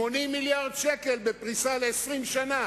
80 מיליארד שקל בפריסה ל-20 שנה